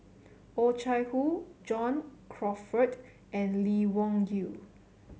Oh Chai Hoo John Crawfurd and Lee Wung Yew